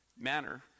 manner